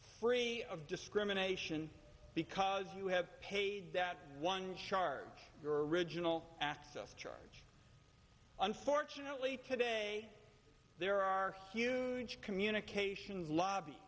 free of discrimination because you have paid that one charge your original access charge unfortunately today there are huge communication lobby